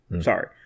Sorry